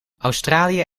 australië